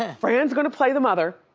and fran's gonna play the mother,